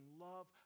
love